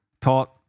taught